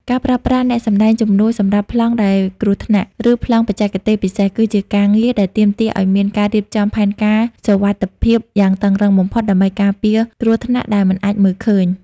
ការប្រើប្រាស់អ្នកសម្ដែងជំនួសសម្រាប់ប្លង់ដែលគ្រោះថ្នាក់ ឬប្លង់បច្ចេកទេសពិសេស គឺជាការងារដែលទាមទារឱ្យមានការរៀបចំផែនការសុវត្ថិភាពយ៉ាងតឹងរ៉ឹងបំផុតដើម្បីការពារគ្រោះថ្នាក់ដែលមិនអាចមើលឃើញ។